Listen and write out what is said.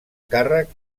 càrrec